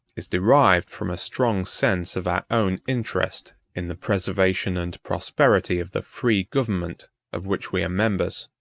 is derived from a strong sense of our own interest in the preservation and prosperity of the free government of which we are members.